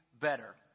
better